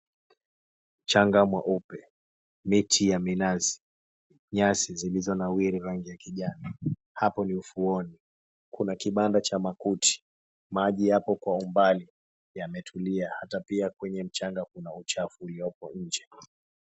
Mchanga mweupe, miti ya minazi, nyasi zilizonawiri rangi ya kijani. Hapo ni ufuoni, kuna kibanda cha makuti. Maji yapo kwa umbali yametulia ℎata pia kwenye mchanga kuna uchafu uliyopo nje.